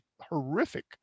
horrific